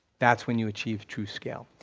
that's when you achieve true scale.